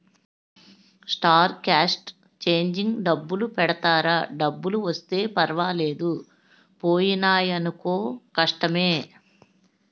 star cast changing డబ్బులు పెడతారా డబ్బులు వస్తే పర్వాలేదు పోయినాయనుకో కష్టమే